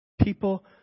People